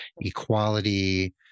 equality